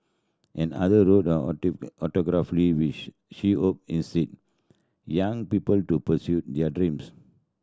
and other wrote her autobiography which she hope in say young people to pursue their dreams